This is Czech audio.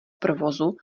provozu